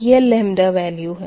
यह lambda value है